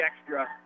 extra